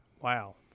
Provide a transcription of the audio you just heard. Wow